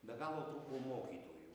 be galo trūko mokytojų